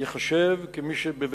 נמסר לאזרח ירושלמי שעליו להצהיר על